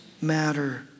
matter